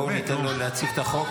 בואי ניתן לו להציג את החוק וזהו.